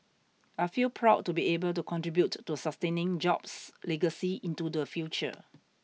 I feel proud to be able to contribute to sustaining Jobs' legacy into the future